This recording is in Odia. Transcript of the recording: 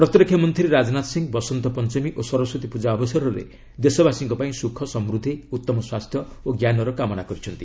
ପ୍ରତିରକ୍ଷାମନ୍ତ୍ରୀ ରାଜନାଥ ସିଂ ବସନ୍ତପଞ୍ଚମୀ ଓ ସରସ୍ୱତୀ ପୂଜା ଅବସରରେ ଦେଶବାସୀଙ୍କ ପାଇଁ ସୁଖ ସମୃଦ୍ଧି ଉତ୍ତମ ସ୍ୱାସ୍ଥ୍ୟ ଓ ଜ୍ଞାନର କାମନା କରିଛନ୍ତି